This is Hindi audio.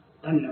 धन्यवाद